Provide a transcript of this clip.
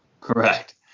Correct